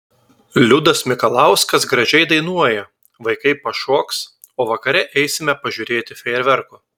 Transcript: liudas mikalauskas gražiai dainuoja vaikai pašoks o vakare eisime pažiūrėti fejerverkų